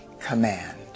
command